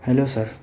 hello sir